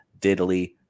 diddly